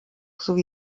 sowie